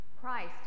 Christ